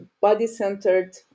body-centered